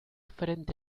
frente